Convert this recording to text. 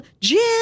Jim